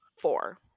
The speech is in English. four